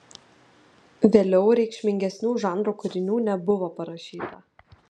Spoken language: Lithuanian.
vėliau reikšmingesnių žanro kūrinių nebuvo parašyta